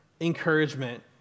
encouragement